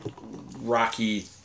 Rocky